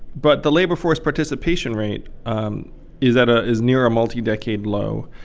but the labor force participation rate um is at a is near a multi-decade low.